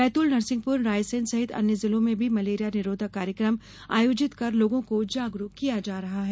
बैतूल नरसिंहपुर रायसेन सहित अन्य जिलों में भी मलेरिया निरोधक कार्यक्रम आयोजित कर लोगों को जागरूक किया जा रहा है